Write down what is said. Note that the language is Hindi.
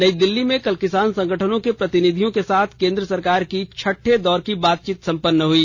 नई दिल्ली में कल किसान संगठनों के प्रतिनिधियों के साथ केन्द्र सरकार की छठे दौर की बातचीत सम्पन्न हई